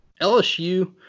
LSU